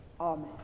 Amen